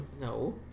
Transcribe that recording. No